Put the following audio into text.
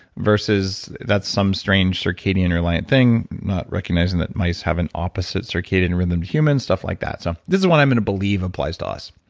versus that's some strange circadian reliant thing, not recognizing that mice have an opposite circadian rhythm to humans, stuff like that. so this is what i'm going to believe applies to us.